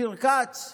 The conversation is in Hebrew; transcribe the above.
המצומצם